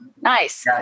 Nice